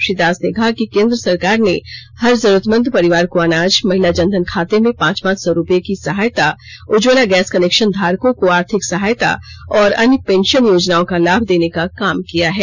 श्री दास ने कहा कि केंद्र सरकार ने हर जरूरतमंद परिवार को अनाज महिला जनधन खाते में पांच पांच सौ रुपये की सहायता उज्ज्वला गैस कनेक्षनधारकों को आर्थिक सहायता और अन्य पेंषन योजनाओं का लाभ देने का काम किया है